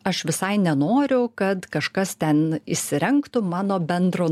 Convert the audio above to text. aš visai nenoriu kad kažkas ten įsirengtų mano bendro